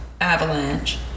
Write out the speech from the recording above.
avalanche